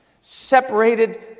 Separated